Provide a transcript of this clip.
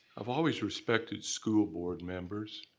i've always respected school board members.